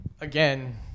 again